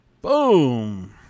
Boom